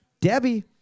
Debbie